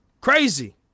Crazy